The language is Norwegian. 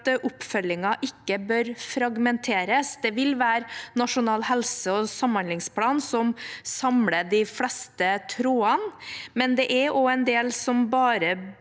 oppfølgingen ikke bør fragmenteres. Det vil være Nasjonal helse- og samhandlingsplan som samler de fleste trådene. Det er også en del som bare